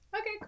Okay